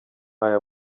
aya